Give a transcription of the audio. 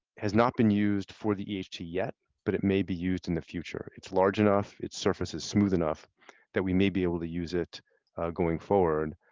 has not been used for the e t h. yet but it may be used in the future. it's large enough, its surface is smooth enough that we may be able to use it going forward.